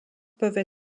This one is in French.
peuvent